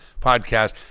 podcast